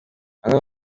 bamwe